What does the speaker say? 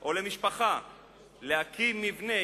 או למשפחה להקים מבנה,